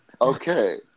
Okay